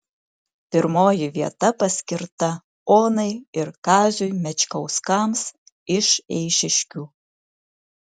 pirmoji vieta paskirta onai ir kaziui mečkauskams iš eišiškių